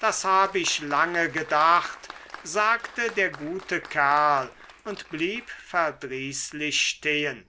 das habe ich lange gedacht sagte der gute kerl und blieb verdrießlich stehen